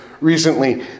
recently